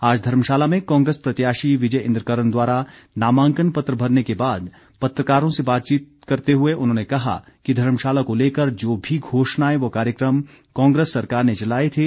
आज धर्मशाला में कांग्रेस प्रत्याशी विजय इंद्र कर्ण द्वारा नामांकन पत्र भरने के बाद पत्रकारों से बातचीत करते हुए उन्होंने कहा कि धर्मशाला को लेकर जो भी घोषणाएं व कार्यक्रम कांग्रेस सरकार ने चलाए थे